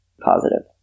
positive